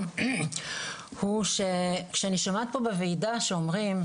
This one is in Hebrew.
הוא כשאני שומעת פה בוועידה שאומרים,